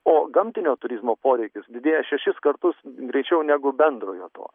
o gamtinio turizmo poreikis didėja šešis kartus greičiau negu bendrojo to